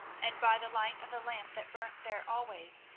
and by the light of the lamp that burnt there always,